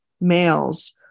males